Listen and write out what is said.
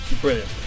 Brilliant